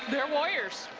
they are warriors.